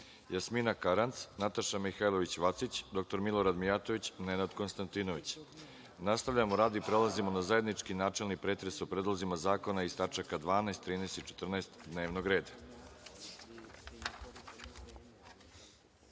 Jasmina Karanac, Nataša Mihailović Vacić, dr Milorad Mijatović i Nenad Konstantinović. Nastavljamo rad i prelazimo na zajednički načelni pretres o predlozima zakona iz tačaka 12, 13. i 14. dnevnog